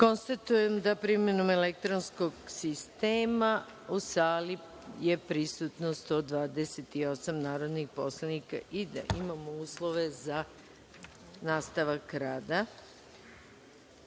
kartice. Konstatujem da je primenom elektronskog sistema u sali prisutno 128 narodnih poslanika i da imamo uslove za nastavak rada. Da